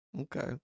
Okay